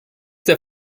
der